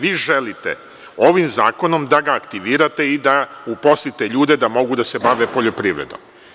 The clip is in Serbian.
Vi želite ovim zakonom da ga aktivirate i da uposlite ljude da mogu da se bave poljoprivrednom.